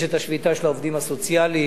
יש השביתה של העובדים הסוציאליים,